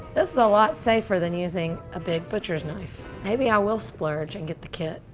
this is a lot safer than using a big butcher's knife. maybe i will splurge and get the kit.